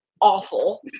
awful